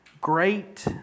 Great